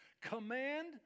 command